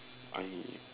I